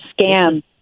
scam